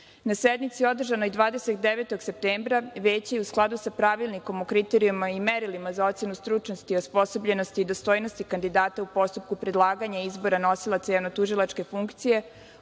sednici održanoj 29. septembra veće je u skladu Pravilnikom o kriterijumima i merilima za ocenu stručnosti i osposobljenosti i dostojnosti kandidata u postupku predlaganja izbora nosilaca javnotužilačke funkcije